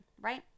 right